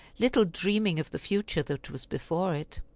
little dreaming of the future that was before it.